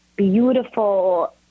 beautiful